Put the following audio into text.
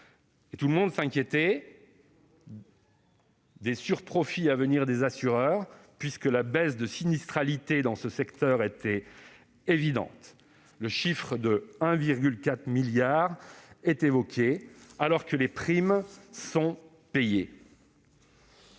Et chacun de s'inquiéter des sur-profits à venir des assureurs, la baisse de sinistralité dans ce secteur étant évidente. Le chiffre de 1,4 milliard d'euros fut évoqué, alors que les primes étaient payées.